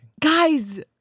Guys